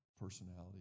personality